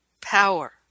power